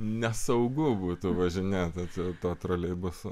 nesaugu būtų važinėti troleibusu